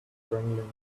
wrangling